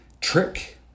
trick